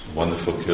wonderful